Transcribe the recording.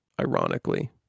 ironically